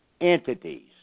entities